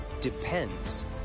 depends